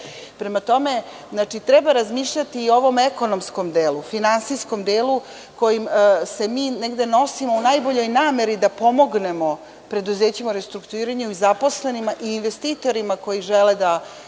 tome, treba razmišljati i o ovom ekonomskom delu, finansijskom delu kojim se mi negde nosimo u najboljoj nameri da pomognemo preduzećima u restrukturiranju zaposlenima i investitorima koji žele da